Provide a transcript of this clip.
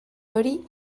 hori